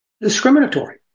discriminatory